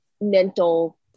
mental